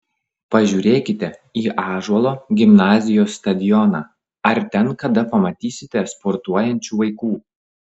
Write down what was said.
pažiūrėkite į ąžuolo gimnazijos stadioną ar ten kada pamatysite sportuojančių vaikų